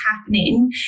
happening